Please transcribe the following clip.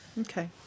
Okay